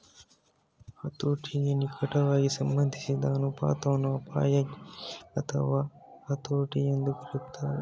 ಹತೋಟಿಗೆ ನಿಕಟವಾಗಿ ಸಂಬಂಧಿಸಿದ ಅನುಪಾತವನ್ನ ಅಪಾಯ ಗೇರಿಂಗ್ ಅಥವಾ ಹತೋಟಿ ಎಂದೂ ಕರೆಯಲಾಗುತ್ತೆ